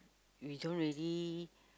we don't really